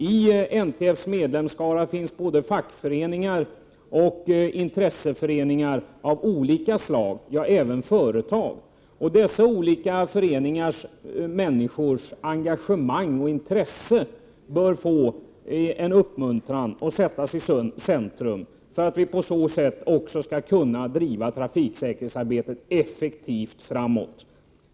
I NTF:s medlemsskara finns både fackföreningar och intresseföreningar av olika slag och även företag. Engagemanget och intresset hos människorna i dessa medlemsorganisationer bör få en uppmuntran och sättas i centrum, för att vi på så sätt också skall kunna driva trafiksäkerhetsarbetet effektivt framåt.